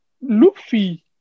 Luffy